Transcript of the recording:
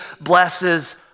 blesses